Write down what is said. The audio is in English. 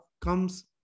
comes